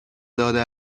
داده